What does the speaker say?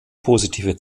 positive